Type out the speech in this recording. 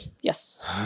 Yes